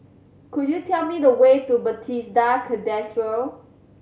could you tell me the way to Bethesda Cathedral